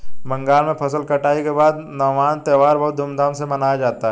बंगाल में फसल कटाई के बाद नवान्न त्यौहार बहुत धूमधाम से मनाया जाता है